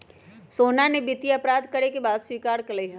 सोहना ने वित्तीय अपराध करे के बात स्वीकार्य कइले है